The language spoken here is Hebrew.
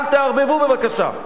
אל תערבבו, בבקשה,